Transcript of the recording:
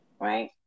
right